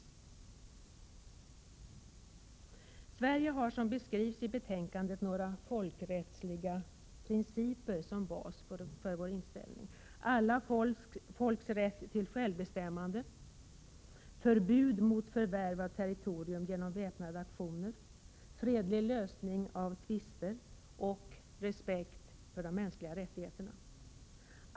Vi i Sverige har, som beskrivs också i betänkandet, några folkrättsliga principer som bas för vår inställning: alla folks rätt till självbestämmande, förbud att förvärva territorium genom väpnade aktioner, fredlig lösning av tvister och respekt för de mänskliga rättigheterna.